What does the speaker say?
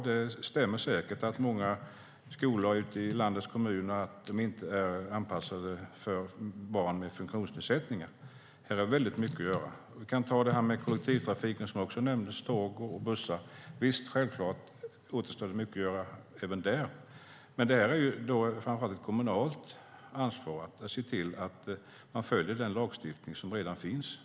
Det stämmer säkert att många skolor ute i landets kommuner inte är anpassade för barn med funktionsnedsättningar. Här finns det mycket att göra. Jag kan även nämna kollektivtrafiken som också nämndes - tåg och bussar. Självklart återstår det mycket att göra även där. Men det är framför allt ett kommunalt ansvar att se till att man följer den lagstiftning som redan finns.